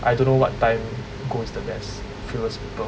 I don't know what time who goes the least previous people